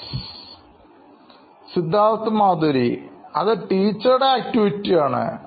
Siddharth Maturi CEO Knoin Electronics അത് ടീച്ചറുടെ activity ആണ്